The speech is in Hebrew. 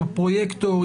עם הפרויקטור,